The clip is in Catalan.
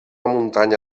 muntanya